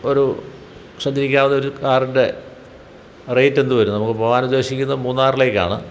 ഒരു സഞ്ചരിക്കാവുന്ന ഒരു കാറിൻ്റെ റേറ്റ് എന്ത് വരും നമുക്ക് പോകാൻ ഉദ്ദേശിക്കുന്നത് മൂന്നാറിലേക്കാണ്